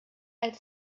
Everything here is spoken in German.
als